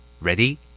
Ready